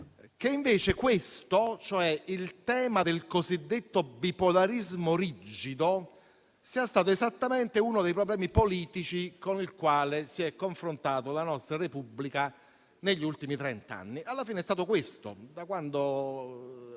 che politici - che il tema del cosiddetto bipolarismo rigido sia stato esattamente uno dei problemi politici con cui si è confrontata la nostra Repubblica negli ultimi trent'anni. Alla fine è stato questo il problema,